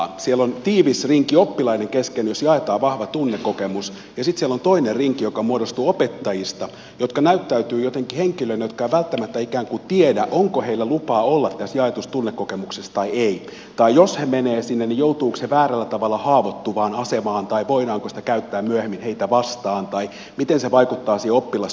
siellä on tiivis rinki oppilaiden kesken jossa jaetaan vahva tunnekokemus ja sitten siellä on toinen rinki joka muodostuu opettajista jotka näyttäytyvät jotenkin henkilöinä jotka eivät välttämättä ikään kuin tiedä onko heillä lupa olla tässä jaetussa tunnekokemuksessa vai ei tai jos he menevät sinne niin joutuvatko he väärällä tavalla haavoittuvaan asemaan tai voidaanko sitä käyttää myöhemmin heitä vastaan tai miten se vaikuttaa siihen oppilaskohtaamistilanteeseen